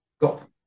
got